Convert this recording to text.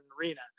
arena